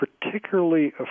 particularly